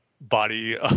Body